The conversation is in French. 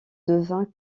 devins